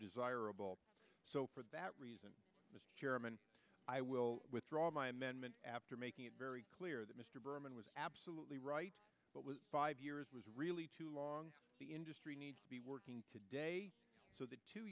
desirable so for that reason as chairman i will withdraw my amendment after making it very clear that mr berman was absolutely right what was five years was really too long the industry needs to be working today so the two